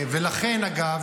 ולכן אגב,